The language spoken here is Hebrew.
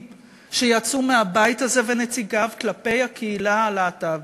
שיצאו מהבית הזה ומנציגיו כלפי הקהילה הלהט"בית.